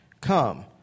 Come